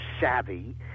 savvy